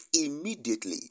immediately